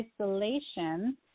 isolation